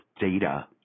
data